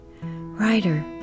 writer